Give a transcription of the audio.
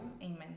amen